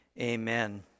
Amen